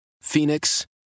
Phoenix